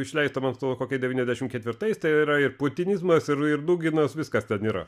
išleista man atrodo kokie devyniasdešimt ketvirtais tai yra ir putinizmas ir ir duginas viskas ten yra